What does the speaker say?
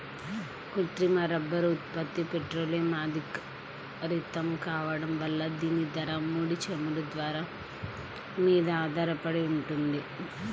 కృత్రిమ రబ్బరు ఉత్పత్తి పెట్రోలియం ఆధారితం కావడం వల్ల దీని ధర, ముడి చమురు ధర మీద ఆధారపడి ఉంటుంది